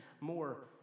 more